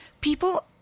people